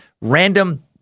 random